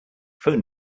phone